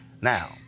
Now